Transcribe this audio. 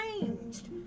changed